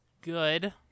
good